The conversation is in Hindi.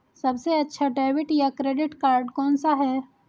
सबसे अच्छा डेबिट या क्रेडिट कार्ड कौन सा है?